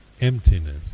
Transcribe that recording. emptiness